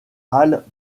halle